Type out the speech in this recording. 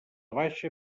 baixa